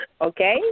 Okay